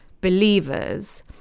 believers